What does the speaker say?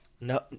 No